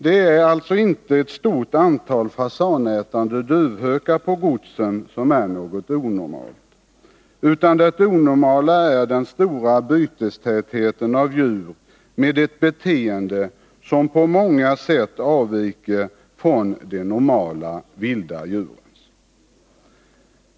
Det är alltså inte ett stort antal fasanätande duvhökar på godsen som är något onormalt, utan det onormala är den stora bytestätheten när det gäller djur med ett beteende som på många sätt avviker från de normala vilda djurens.